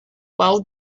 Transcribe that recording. well